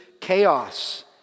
chaos